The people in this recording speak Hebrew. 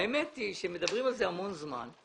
האמת היא שמדברים על זה המון זמן,